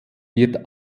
wird